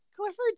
clifford